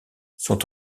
sont